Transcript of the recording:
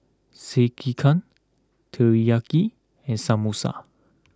Sekihan Teriyaki and Samosa